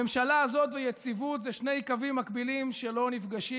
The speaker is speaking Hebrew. הממשלה הזאת ויציבות זה שני קווים מקבילים שלא נפגשים.